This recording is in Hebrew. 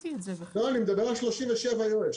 לא, אני מדבר על 37, יואל.